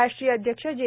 राष्ट्रीय अध्यक्ष जे